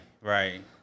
right